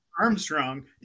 Armstrong